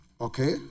Okay